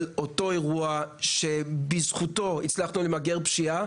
אותו אירוע שבזכותו הצלחנו למגר פשיעה,